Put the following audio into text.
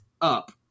up